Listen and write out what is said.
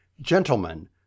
Gentlemen